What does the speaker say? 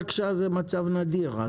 אני מקשה אבל משהו לא ברור.